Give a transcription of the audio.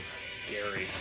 Scary